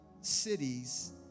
cities